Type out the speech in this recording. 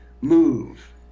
move